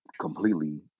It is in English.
completely